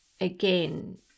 again